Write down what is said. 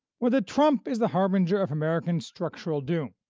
whether trump is the harbinger of american structural doom,